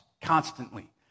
constantly